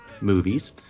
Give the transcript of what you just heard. movies